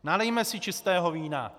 Nalijme si čistého vína.